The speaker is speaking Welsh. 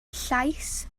llais